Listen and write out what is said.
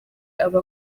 aba